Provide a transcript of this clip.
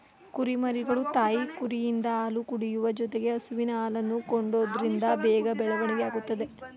ಕುರಿಮರಿಗಳು ತಾಯಿ ಕುರಿಯಿಂದ ಹಾಲು ಕುಡಿಯುವ ಜೊತೆಗೆ ಹಸುವಿನ ಹಾಲನ್ನು ಕೊಡೋದ್ರಿಂದ ಬೇಗ ಬೆಳವಣಿಗೆ ಆಗುತ್ತದೆ